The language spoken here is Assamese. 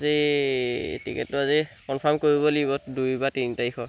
আজি টিকেটটো আজি কনফাৰ্ম কৰিব লাগিব দুই বা তিনি তাৰিখৰ